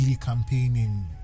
campaigning